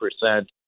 percent